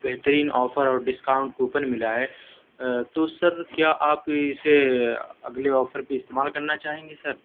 بہترین آفر اور discount coupon ملا ہے تو سر کیا آپ اسے اگلے آفر پہ استعمال کرنا چاہیں گے سر